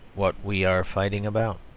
what we are fighting about.